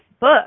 book